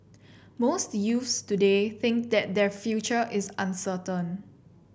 most youths today think that their future is uncertain